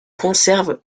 conserves